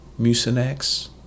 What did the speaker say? Mucinex